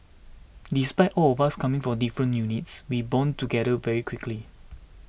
despite all of us coming from different units we bonded together very quickly